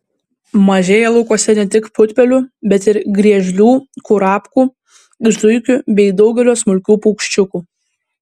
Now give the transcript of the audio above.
mažėja laukuose ne tik putpelių bet ir griežlių kurapkų zuikių bei daugelio smulkių paukščiukų